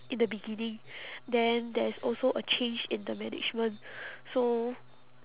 in the beginning then there is also a change in the management so